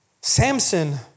Samson